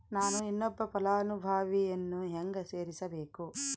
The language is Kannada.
ನಾನು ಇನ್ನೊಬ್ಬ ಫಲಾನುಭವಿಯನ್ನು ಹೆಂಗ ಸೇರಿಸಬೇಕು?